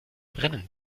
brennen